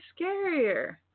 scarier